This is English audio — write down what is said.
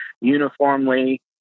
uniformly